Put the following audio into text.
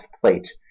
plate